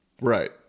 Right